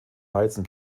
weizen